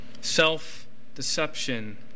Self-deception